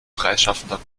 freischaffender